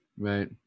right